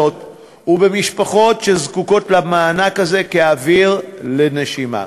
ובמשפחות שזקוקות למענק הזה כאוויר לנשימה.